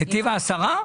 נתיב העשרה?